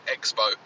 Expo